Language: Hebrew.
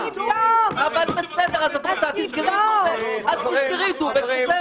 את רוצה, תסגרי את "דובק".